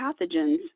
pathogens